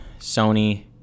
Sony